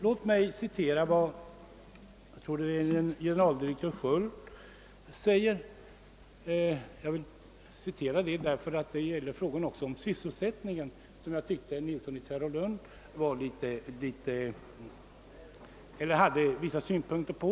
Jag skall gärna återge vad generaldirektör Sköld säger, särskilt som det också gäller frågan om sysselsättningen, som herr Nilsson i Tvärålund hade vissa synpunkter på.